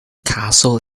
castle